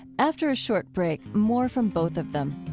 after a short break, more from both of them.